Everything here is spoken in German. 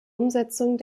umsetzung